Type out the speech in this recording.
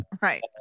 Right